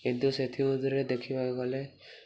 କିନ୍ତୁ ସେଥିମଧ୍ୟରେ ଦେଖିବାକୁ ଗଲେ